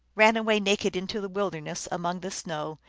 ran away naked into the wilderness among the snows,